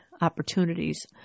opportunities